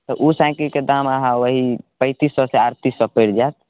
तऽ ओ साइकिलके दाम अहाँ वही पैंतीस सएसँ अड़तीस सए पड़ि जायत